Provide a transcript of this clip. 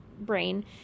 brain